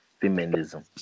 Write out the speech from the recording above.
Feminism